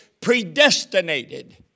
predestinated